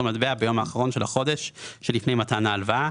מטבע ביום האחרון של החודש שלפני מתן ההלוואה.